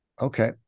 okay